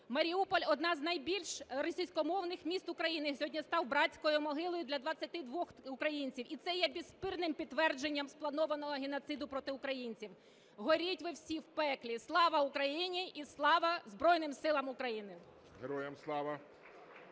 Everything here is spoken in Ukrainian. Маріуполь, одне з найбільш російськомовних міст України, сьогодні став братською могилою для 22 … українців. І це є безспірним підтвердженням спланованого геноциду проти українців. Горіть ви всі в пеклі! Слава Україні і слава Збройним Силам України! ГОЛОВУЮЧИЙ.